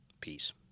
Peace